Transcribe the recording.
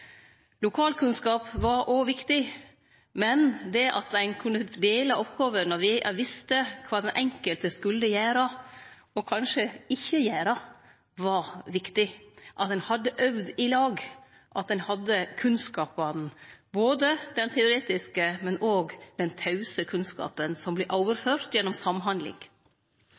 Lokalkunnskap var òg viktig, men det at ein kunne dele oppgåver når ein visste kva den enkelte skulle gjere, og kanskje ikkje gjere, var viktig: at ein hadde øvd i lag, at ein hadde kunnskapane, både den teoretiske og den tause kunnskapen som vert overført gjennom samhandling.